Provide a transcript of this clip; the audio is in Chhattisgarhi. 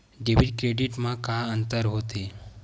डेबिट क्रेडिट मा का अंतर होत हे?